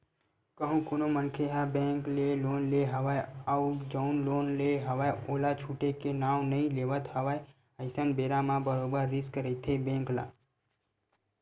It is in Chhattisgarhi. कहूँ कोनो मनखे ह बेंक ले लोन ले हवय अउ जउन लोन ले हवय ओला छूटे के नांव नइ लेवत हवय अइसन बेरा म बरोबर रिस्क रहिथे बेंक ल